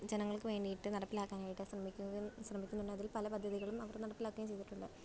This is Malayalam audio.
ജനങ്ങൾക്ക് വേണ്ടിയിട്ട് നടപ്പിലാക്കാനായിട്ട് ശ്രമിക്കുന്ന ശ്രമിക്കുന്നുണ്ട് അതിൽ പദ്ധതികളും അവർ നടപ്പിലാക്കുകയും ചെയ്തിട്ടുണ്ട്